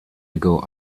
ago